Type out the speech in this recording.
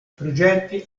progetti